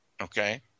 okay